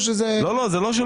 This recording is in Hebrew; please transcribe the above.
לא, לא.